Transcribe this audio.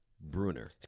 Bruner